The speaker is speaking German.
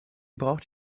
braucht